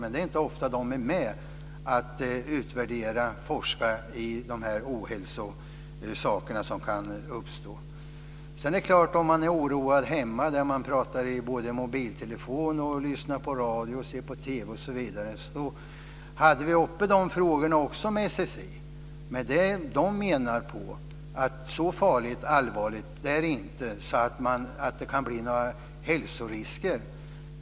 Men det är inte ofta som det är med om att utvärdera och forska i de ohälsofrågor som kan uppstå. Det är klart att man kan vara oroad hemma där man talar i mobiltelefon, lyssnar på radio och ser på TV osv. De frågorna tog vi upp med SSI. Det menar att det inte är så farligt och så allvarligt att det kan bli några hälsorisker.